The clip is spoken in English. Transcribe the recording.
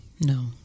No